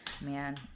man